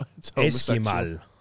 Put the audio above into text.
Esquimal